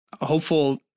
hopeful